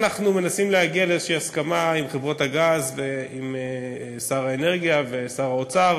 אנחנו מנסים להגיע לאיזו הסכמה עם חברות הגז ועם שר האנרגיה ושר האוצר,